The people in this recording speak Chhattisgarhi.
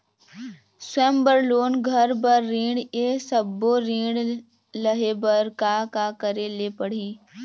स्वयं बर लोन, घर बर ऋण, ये सब्बो ऋण लहे बर का का करे ले पड़ही?